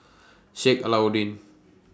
Sheik Alau'ddin